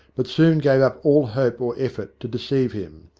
but soon gave up all hope or effort to deceive him.